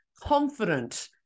Confident